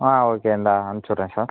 ஆ okay இந்தா அனுப்ச்சு விட்றேன் சார்